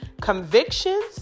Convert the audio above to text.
convictions